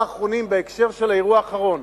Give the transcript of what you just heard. האחרונים בהקשר של האירוע האחרון,